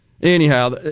anyhow